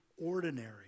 ordinary